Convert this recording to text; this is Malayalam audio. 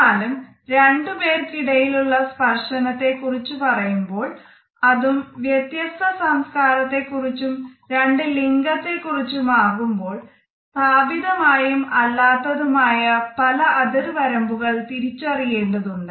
എന്നാലും രണ്ട് പേർക്കിടയിൽ ഉള്ള സ്പർശനത്തെ കുറിച്ച് പറയുമ്പോൾ അതും വ്യത്യസ്ത സംസ്കാരത്തെ കുറിച്ചും രണ്ട് ലിംഗത്തെ കുറിച്ചും ആകുമ്പോൾ സ്ഥാപിതമായതും അല്ലാത്തതും ആയ പല അതിർവരമ്പുകൾ തിരിച്ചറിയേണ്ടതുണ്ട്